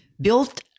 built